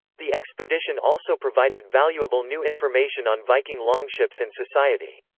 the expedition also provided valuable new information on viking longships and society.